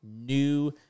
new